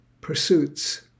pursuits